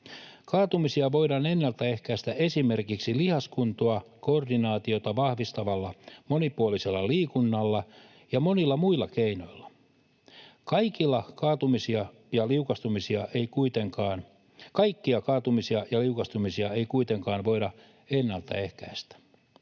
Kaatumisia voidaan ennaltaehkäistä esimerkiksi lihaskuntoa ja koordinaatiota vahvistavalla monipuolisella liikunnalla ja monilla muilla keinoilla. Kaikkia kaatumisia ja liukastumisia ei kuitenkaan voida ennaltaehkäistä.